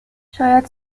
شاید